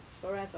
forever